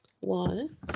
One